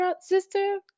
sister